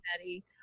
eddie